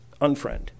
Unfriend